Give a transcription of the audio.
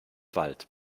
wald